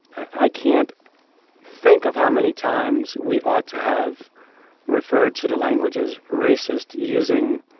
i can't think of how many times we ought to have referred to the language as racist, using